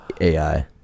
AI